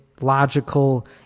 logical